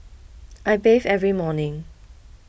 I bathe every morning